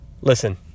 Listen